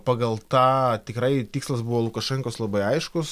pagal tą tikrai tikslas buvo lukašenkos labai aiškus